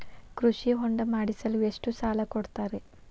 ಕೃಷಿ ಹೊಂಡ ಮಾಡಿಸಲು ಎಷ್ಟು ಸಾಲ ಕೊಡ್ತಾರೆ?